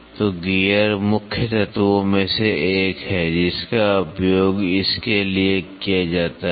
तो गियर मुख्य तत्वों में से एक है जिसका उपयोग इसके लिए किया जाता है